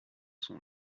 son